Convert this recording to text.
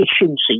efficiency